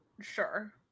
sure